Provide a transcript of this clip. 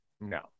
No